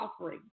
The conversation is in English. offering